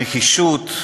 נחישות,